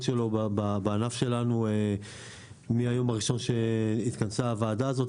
שלו בענף שלנו מהיום הראשון שהתכנסה הוועדה הזאת,